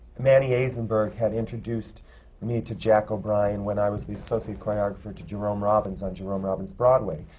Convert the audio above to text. manny azenberg had introduced me to jack o'brien, when i was the associate choreographer to jerome robbins on jerome robbins' broadway.